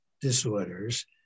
disorders